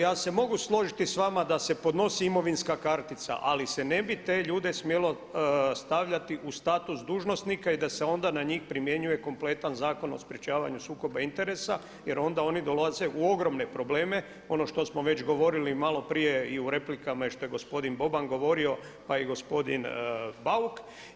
Ja se mogu složiti s vama da se podnosi imovinska kartica ali se ne bi te ljude smjelo stavljati u status dužnosnika i da se onda na njih primjenjuje kompletan zakon o sprječavanju sukoba interesa jer onda oni dolaze u ogromne probleme, on što smo već govorili malo prije i u replikama i što je gospodin Boban govorio pa i gospodin Bauk.